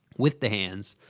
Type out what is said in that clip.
with the hands.